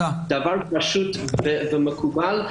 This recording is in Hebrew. דבר פשוט ומקובל.